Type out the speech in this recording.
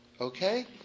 Okay